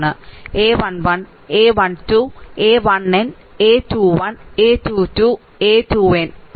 a 1 1 a 1 2 a 1n a21 a 2 2 a 2n പിന്നീട് ഒരു പദത്തിൽ an 1 an 2 ann ആൺ അതുപോലെ X xn വരെ x 1 x 2 നും B എന്നത് b 1 b 2 bn നും തുല്യമാണ്